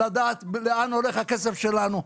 לדעת לאן הולך הכסף שלנו,